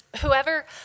Whoever